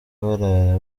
barara